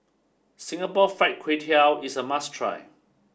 Singapore Fried Kway Tiao is a must try